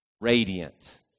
radiant